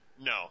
No